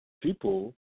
people